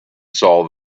saw